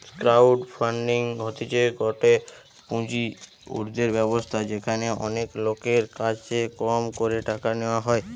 crowd funding হতিছে গটে পুঁজি উর্ধের ব্যবস্থা যেখানে অনেক লোকের কাছে কম করে টাকা নেওয়া হয়